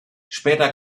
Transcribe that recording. später